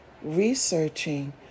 researching